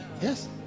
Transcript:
yes